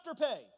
afterpay